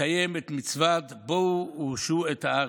מקיים את מצוות "בֹּאו ורשו את הארץ"